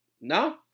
No